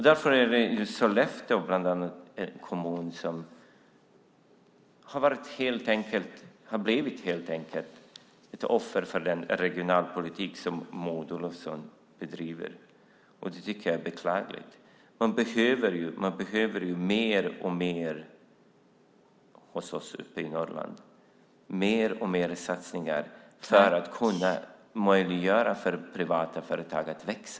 Därför har Sollefteå blivit offer för den regionalpolitik som Maud Olofsson bedriver. Det tycker jag är beklagligt. Hos oss i Norrland behövs mer och mer satsningar för att möjliggöra för privata företag att växa.